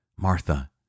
Martha